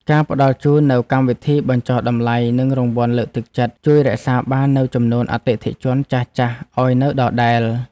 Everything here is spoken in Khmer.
ការផ្ដល់ជូននូវកម្មវិធីបញ្ចុះតម្លៃនិងរង្វាន់លើកទឹកចិត្ត ជួយរក្សាបាននូវចំនួនអតិថិជនចាស់ៗឱ្យនៅដដែល។